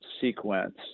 sequence